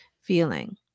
feeling